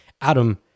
Adam